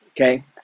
Okay